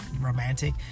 romantic